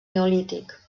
neolític